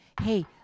Hey